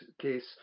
case